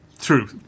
true